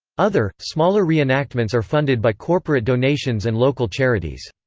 other, smaller reenactments are funded by corporate donations and local charities.